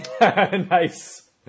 Nice